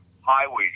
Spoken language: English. highway